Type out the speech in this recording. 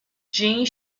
jeanne